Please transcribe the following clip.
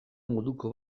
moduko